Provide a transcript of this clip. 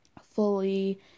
fully